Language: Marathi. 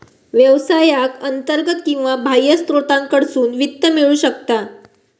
व्यवसायाक अंतर्गत किंवा बाह्य स्त्रोतांकडसून वित्त मिळू शकता